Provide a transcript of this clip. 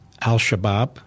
Al-Shabaab